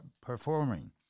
performing